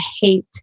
hate